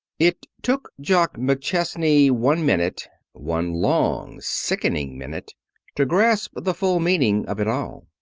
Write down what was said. it took jock mcchesney one minute one long, sickening minute to grasp the full meaning of it all.